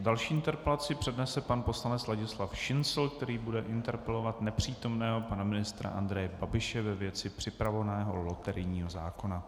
Další interpelaci přednese pan poslanec Ladislav Šincl, který bude interpelovat nepřítomného pana ministra Andreje Babiše ve věci připravovaného loterijního zákona.